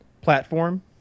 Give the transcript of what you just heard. platform